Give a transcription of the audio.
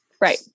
Right